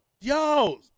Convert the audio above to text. yo